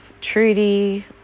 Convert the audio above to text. Trudy